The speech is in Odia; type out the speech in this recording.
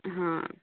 ହଁ